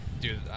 dude